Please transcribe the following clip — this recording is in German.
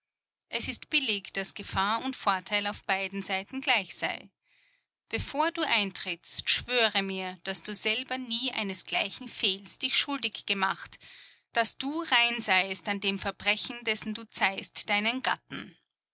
es ist billig daß gefahr und vorteil auf beiden seiten gleich sei bevor du eintrittst schwöre mir daß du selber nie eines gleichen fehls dich schuldig gemacht daß du rein seist an dem verbrechen dessen du zeihst deinen gatten